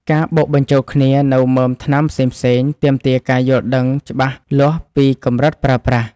ការបុកបញ្ជូលគ្នានូវមើមថ្នាំផ្សេងៗ ទាមទារការយល់ដឹងច្បាស់លាស់ពីកម្រិតប្រើប្រាស់។